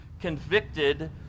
convicted